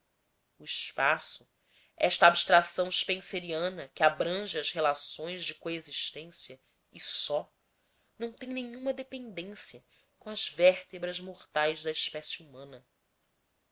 o espaço esta abstração spencereana que abrange as relações de coexistência e só não tem nenhuma dependência com as vértebras mortais da espécie humana